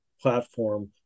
platform